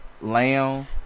lamb